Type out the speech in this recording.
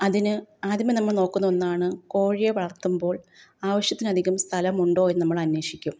അതിന് ആദ്യമെ നമ്മൾ നോക്കുന്ന ഒന്നാണ് കോഴിയെ വളർത്തുമ്പോൾ ആവശ്യത്തിലധികം സ്ഥലമുണ്ടോ എന്നു നമ്മൾ അന്വേഷിക്കും